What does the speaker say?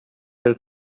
sell